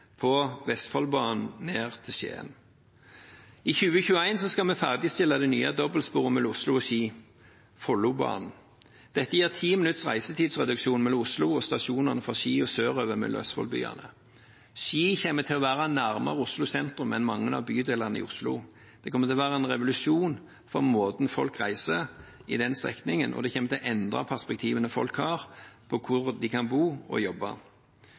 på Vestfoldbanen til Skien. I 2021 skal vi ferdigstille det nye dobbeltsporet mellom Oslo og Ski, Follobanen. Dette gir 10 minutters reduksjon i reisetiden mellom Oslo og stasjonene fra Ski og sørover til østfoldbyene. Ski kommer til å være nærmere Oslo sentrum enn mange av bydelene i Oslo. Det kommer til å være en revolusjon i måten folk reiser på på den strekningen, og det kommer til å endre perspektivene folk har på hvor de kan bo og jobbe.